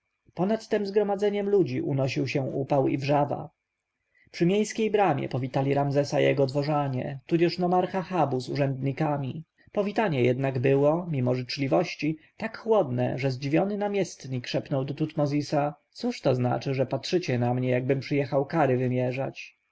ponad tem zgromadzeniem ludzi unosił się upał i wrzawa przy miejskiej bramie powitali ramzesa jego dworzanie tudzież nomarcha habu z urzędnikami powitanie jednak było mimo życzliwości tak chłodne że zdziwiony namiestnik szepnął do tutmozisa cóż to znaczy że patrzycie na mnie jakbym przyjechał kary wymierzać